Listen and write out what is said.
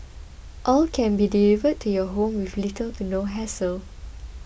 all can be delivered to your home with little to no hassle